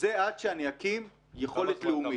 זה עד שאני אקים יכולת לאומית.